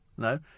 No